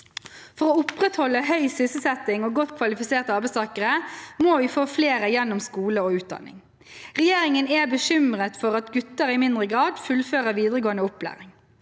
For å opprettholde høy sysselsetting og få godt kvalifiserte arbeidstakere må vi få flere gjennom skole og utdanning. Regjeringen er bekymret for at gutter i mindre grad fullfører videregående opplæring.